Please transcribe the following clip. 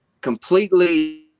completely